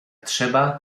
trzeba